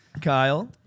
Kyle